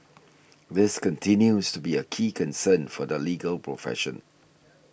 this continues to be a key concern for the legal profession